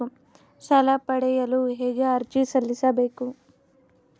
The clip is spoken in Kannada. ಸಾಲ ಪಡೆಯಲು ಹೇಗೆ ಅರ್ಜಿ ಸಲ್ಲಿಸಬೇಕು?